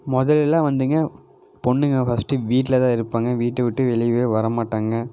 முத எல்லாம் வந்துங்க பொண்ணுங்க ஃபர்ஸ்ட்டு வீட்டில் தான் இருப்பாங்க வீட்டை விட்டு வெளியவே வர மாட்டாங்க